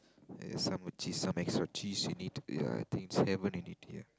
add some more cheese some extra cheese you need I think seven you need ya